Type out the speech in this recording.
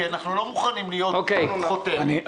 כי אנחנו לא מוכנים להיות חותמת גומי.